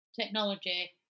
technology